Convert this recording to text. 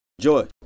joy